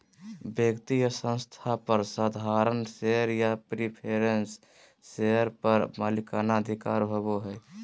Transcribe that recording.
व्यक्ति या संस्था पर साधारण शेयर या प्रिफरेंस शेयर पर मालिकाना अधिकार होबो हइ